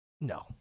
No